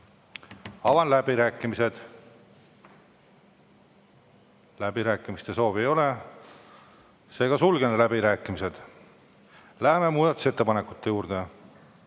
Avan läbirääkimised. Läbirääkimiste soovi ei ole, seega sulgen läbirääkimised. Läheme muudatusettepanekute juurde.